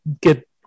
get